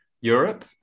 europe